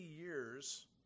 years